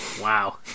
Wow